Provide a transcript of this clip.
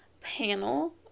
panel